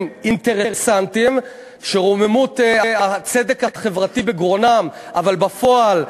אינטרסנטיים שרוממות הצדק החברתי בגרונם אבל בפועל,